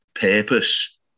purpose